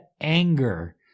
anger